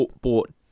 bought